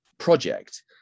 project